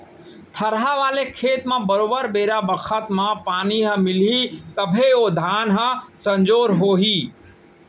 थरहा वाले खेत म बरोबर बेरा बखत म पानी ह मिलही तभे ओ धान ह सजोर हो ही